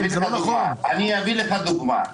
אני אתן לך דוגמה.